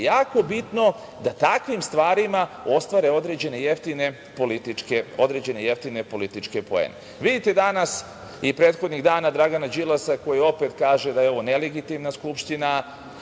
jako bitno da takvim stvarima ostvare određene jeftine političke poene. Vidite danas i prethodnih dana Dragana Đilasa koji opet kaže da je ovo nelegitimna Skupština,